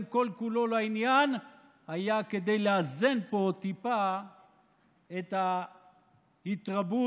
כל-כולו לעניין היה כדי לאזן פה טיפה את ההתרבות